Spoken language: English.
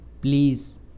Please